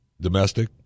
domestic